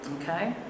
okay